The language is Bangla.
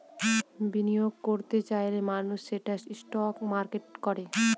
বিনিয়োগ করত চাইলে মানুষ সেটা স্টক মার্কেটে করে